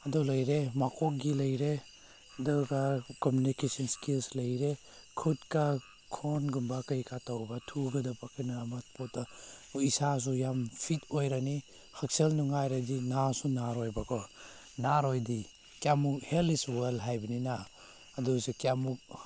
ꯑꯗꯨ ꯂꯩꯔꯦ ꯃꯀꯣꯛꯀꯤ ꯂꯩꯔꯦ ꯑꯗꯨꯒ ꯀꯝꯃꯨꯅꯤꯀꯦꯁꯟ ꯏꯁꯀꯤꯜꯁ ꯂꯩꯔꯦ ꯈꯨꯠꯀ ꯈꯣꯡꯒꯨꯝꯕ ꯀꯩꯀꯥ ꯇꯧꯕ ꯊꯨꯒꯗꯕ ꯀꯩꯅꯣ ꯑꯃ ꯄꯣꯠꯇ ꯑꯩꯈꯣꯏ ꯏꯁꯥꯁꯨ ꯌꯥꯝ ꯐꯤꯠ ꯑꯣꯏꯔꯅꯤ ꯍꯛꯁꯦꯜ ꯅꯨꯡꯉꯥꯏꯔꯗꯤ ꯅꯥꯁꯨ ꯅꯥꯔꯣꯏꯑꯕꯀꯣ ꯅꯥꯔꯣꯏꯗꯤ ꯀꯌꯥꯃꯨꯛ ꯍꯦꯜꯊ ꯏꯁ ꯋꯦꯜ ꯍꯥꯏꯕꯅꯤꯅ ꯑꯗꯨꯁꯨ ꯀꯌꯥꯃꯨꯛ